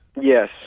Yes